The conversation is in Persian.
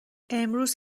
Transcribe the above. امروز